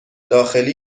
داخلی